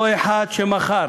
אותו אחד שמכר